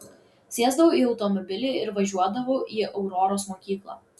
sėsdavau į automobilį ir važiuodavau į auroros mokyklą